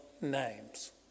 names